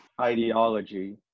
ideology